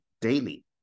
daily